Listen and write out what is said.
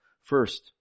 First